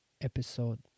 episode